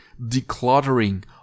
decluttering